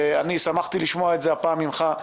אני שמחתי לשמוע את זה הפעם ממך,